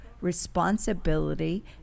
responsibility